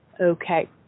Okay